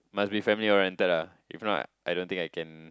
must be family oriented ah if not I don't think I can